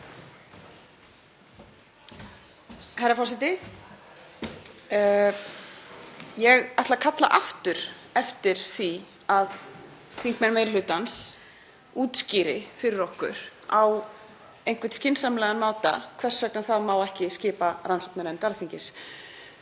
Herra forseti. Ég ætla að kalla aftur eftir því að þingmenn meiri hlutans útskýri fyrir okkur á einhvern skynsamlegan máta hvers vegna það má ekki skipa rannsóknarnefnd Alþingis.